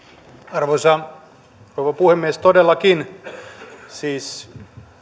arvoisa rouva puhemies todellakin siis